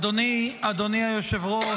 אדוני היושב-ראש,